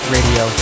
Radio